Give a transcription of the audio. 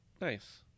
Nice